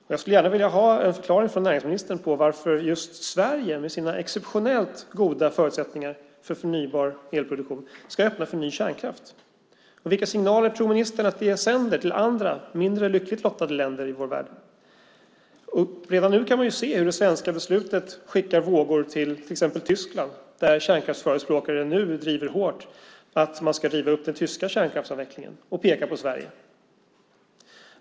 Jag skulle gärna vilja ha en förklaring från näringsministern av varför just Sverige med sina exceptionellt goda förutsättningar för förnybar elproduktion ska öppna för ny kärnkraft. Vilka signaler tror ministern att det sänder till andra, mindre lyckligt lottade länder i vår värld? Redan nu kan man se hur det svenska beslutet skickar vågor till exempelvis Tyskland där kärnkraftsförespråkare hårt driver att man ska riva upp det tyska beslutet om kärnkraftsavveckling och pekar på Sverige.